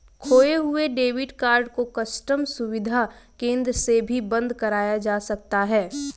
खोये हुए debit card को कस्टम सुविधा केंद्र से भी बंद कराया जा सकता है